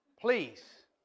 Please